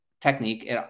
technique